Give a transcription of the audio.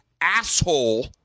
asshole